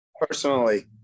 personally